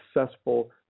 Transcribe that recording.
successful